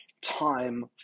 time